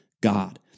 God